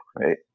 right